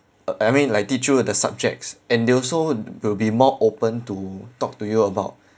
uh I mean like teach you the subjects and they also will be more open to talk to you about